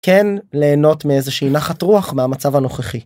כן, ליהנות מאיזושהי נחת רוח מהמצב הנוכחי.